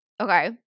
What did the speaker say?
Okay